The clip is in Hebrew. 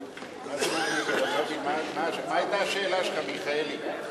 מס' 18 והוראת שעה), התשע"ב 2012, נתקבל.